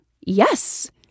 yes